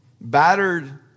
Battered